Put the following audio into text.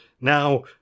Now